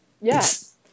Yes